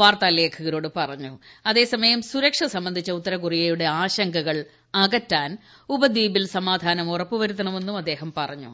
വാർത്താലേഖകരോട് പറഞ്ഞു അതേസമയം സുരക്ഷ സംബന്ധിച്ച ഉത്തരകൊറിയയുടെ ആശ്രങ്കകൾ അകറ്റാൻ ഉപദ്വീപിൽ സമാധാനം ഉറപ്പുവരുത്തണമെന്നും അദ്ദേഹം പറഞ്ഞു